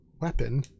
weapon